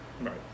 Right